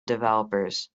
developers